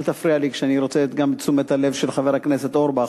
אל תפריע לי כשאני רוצה גם את תשומת הלב של חבר הכנסת אורבך,